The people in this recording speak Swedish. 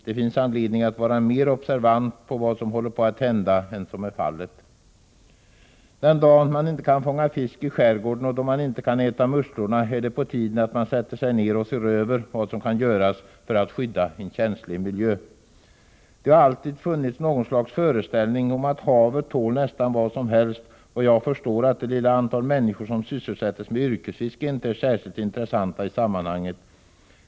Det finns anledning att vara mer observant på vad som håller på att hända än som är fallet. Den dag man inte kan fånga fisk i skärgården och då man inte kan äta musslorna är det på tiden att man sätter sig ner och ser över vad som kan göras för att skydda en känslig miljö. Det har alltid funnits något slags föreställning om att havet tål nästan vad som helst, och jag förstår att det lilla antal människor som sysselsätts med yrkesfiske inte är särskilt intressant i sammanhanget.